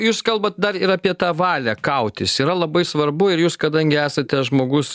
jūs kalbat dar ir apie tą valią kautis yra labai svarbu ir jūs kadangi esate žmogus